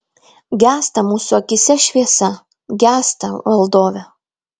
gęsta mūsų akyse šviesa gęsta valdove